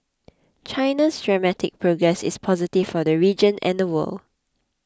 China's dramatic progress is positive for the region and the world